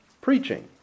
preaching